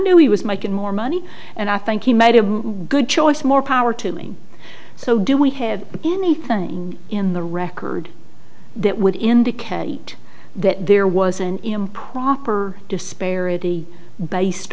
knew he was making more money and i think he made a good choice more power to me so do we have anything in the record that would indicate that there was an improper disparity based